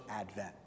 advent